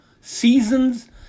seasons